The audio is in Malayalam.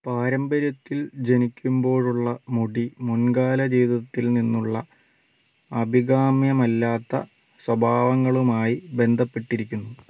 പാരമ്പര്യത്തിൽ ജനിക്കുമ്പോഴുള്ള മുടി മുൻകാല ജീവിതത്തിൽ നിന്നുള്ള അഭികാമ്യമല്ലാത്ത സ്വഭാവങ്ങളുമായി ബന്ധപ്പെട്ടിരിക്കുന്നു